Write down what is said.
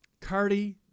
Cardi